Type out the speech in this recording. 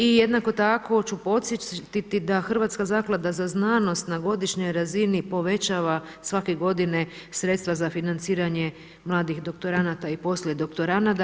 I jednako tako ću podsjetiti da Hrvatska zaklada za znanost na godišnjoj razini povećava svake g. sredstava za financiranje mladih doktoranda i poslije doktoranda.